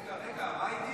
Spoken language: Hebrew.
רגע, רגע, מה איתי?